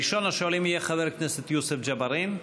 ראשון השואלים יהיה חבר הכנסת יוסף ג'בארין,